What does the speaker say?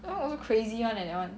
that [one] also crazy [one] eh that [one]